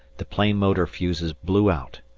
the plane motor fuses blew out.